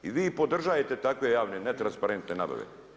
I vi podržavate takve javne netransparentne nabave.